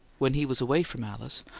when he was away from alice,